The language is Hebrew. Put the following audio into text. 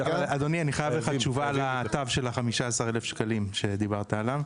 חייב לך תשובה על התו של ה- 15,000 ₪ שדיברנו עליו.